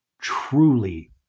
truly